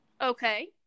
Okay